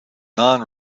non